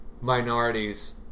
minorities